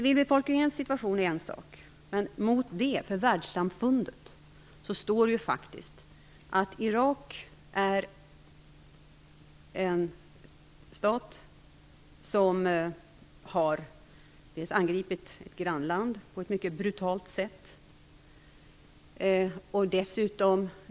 Mot denna bild står för Världssamfundets del det faktum att Irak är en stat som angripit ett grannland på ett mycket brutalt sätt.